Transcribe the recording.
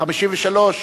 ב-1953,